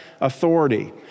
authority